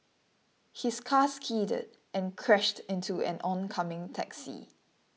his car skidded and crashed into an oncoming taxi